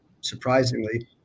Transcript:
surprisingly